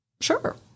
sure